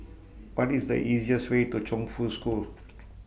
What IS The easiest Way to Chongfu School